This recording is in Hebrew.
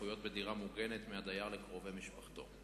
זכויות בדירה מוגנת מהדייר לקרובי משפחתו.